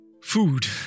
food